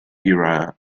era